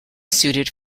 suited